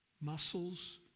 Muscles